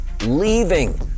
leaving